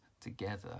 together